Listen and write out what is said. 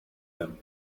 him